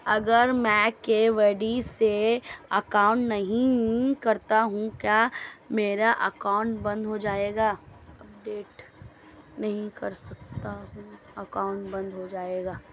अगर मैं KYC update नहीं करता तो क्या मेरा अकाउंट बंद हो जाएगा?